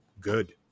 good